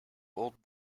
old